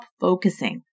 focusing